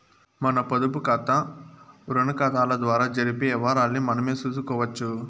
మన పొదుపుకాతా, రుణాకతాల ద్వారా జరిపే యవ్వారాల్ని మనమే సూసుకోవచ్చు